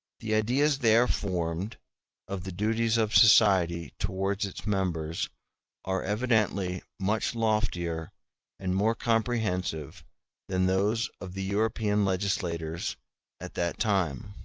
the ideas there formed of the duties of society towards its members are evidently much loftier and more comprehensive than those of the european legislators at that time